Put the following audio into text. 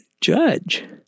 judge